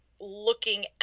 looking